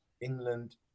England